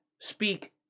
speak